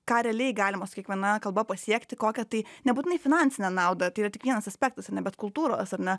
ką realiai galima su kiekviena kalba pasiekti kokią tai nebūtinai finansinę naudą tai yra tik vienas aspektas bet kultūros ar ne